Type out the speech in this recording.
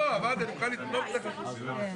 אנחנו לא יכולנו לכתוב אך זה במקומם,